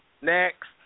Next